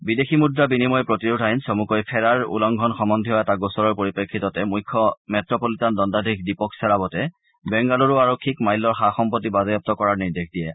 বিদেশী মূদ্ৰা বিনিময় প্ৰতিৰোধ আইন চমুকৈ ফেৰাৰ উলংঘন সহ্বন্দীয় এটা গোচৰৰ পৰিপ্ৰেক্ষিততে মুখ্য মেট্টপলিটান দণ্ডাধীশ দীপক শ্বেৰাৱতে বেংগালুৰু আৰক্ষীক মাল্যৰ সা সম্পত্তি বাজেয়াগু কৰাৰ নিৰ্দেশ দিয়ে